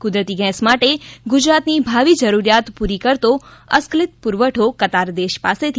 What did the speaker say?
કુદરતી ગૅંસ માટે ગુજરાતની ભાવિ જરૂરિયાત પૂરી કરતો અસ્ખલિત પુરવઠો કતાર દેશ પાસે થી